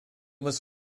was